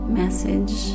message